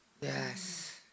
Yes